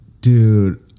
Dude